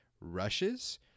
rushes